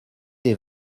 des